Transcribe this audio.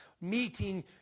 meeting